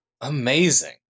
Amazing